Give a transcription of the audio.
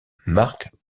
marc